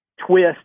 twist